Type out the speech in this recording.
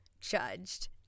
judged